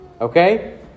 Okay